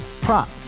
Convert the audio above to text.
prop